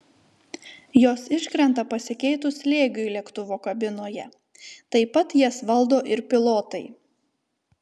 jos iškrenta pasikeitus slėgiui lėktuvo kabinoje taip pat jas valdo ir pilotai